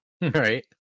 Right